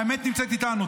האמת נמצאת איתנו.